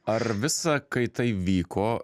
ar visa kai tai vyko